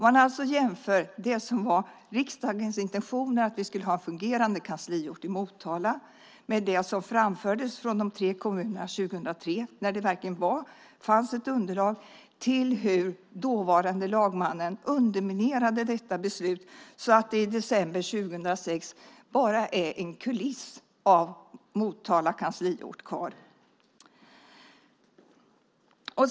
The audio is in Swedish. Om man alltså jämför det som var riksdagens intention, att vi skulle ha en fungerande kansliort i Motala, och det som framfördes från de tre kommunerna 2003, när det verkligen fanns ett underlag, med hur dåvarande lagmannen underminerade detta beslut ser man att det i december 2006 bara är en kuliss kvar av Motala kansliort.